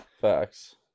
Facts